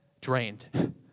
drained